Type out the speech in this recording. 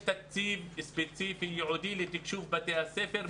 יש תקציב ספציפי ייעודי לתקשוב בתי הספר.